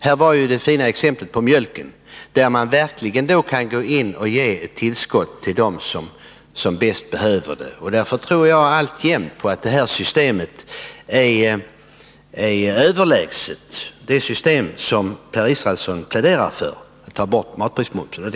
Vi hörde nyss det fina exemplet med mjölken, där vi verkligen kan ge ett tillskott till dem som bäst behöver det. Därför tror jag alltjämt att det system vi har är överlägset det system som Per Israelsson pläderar för, att ta bort momsen på mat.